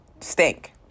stink